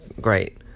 great